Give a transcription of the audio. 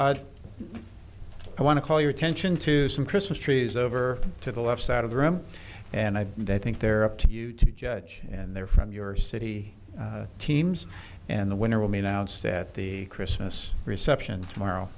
i want to call your attention to some christmas trees over to the left side of the room and i think they're up to judge and they're from your city teams and the winner will be announced at the christmas reception tomorrow